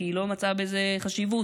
כי היא לא מצאה בו חשיבות.